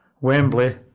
Wembley